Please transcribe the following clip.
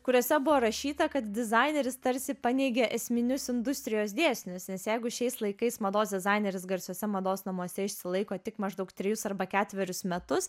kuriose buvo rašyta kad dizaineris tarsi paneigia esminius industrijos dėsnius nes jeigu šiais laikais mados dizaineris garsiuose mados namuose išsilaiko tik maždaug trejus arba ketverius metus